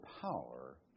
power